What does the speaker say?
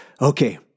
Okay